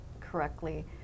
correctly